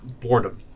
boredom